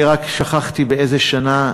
אני רק שכחתי באיזו שנה,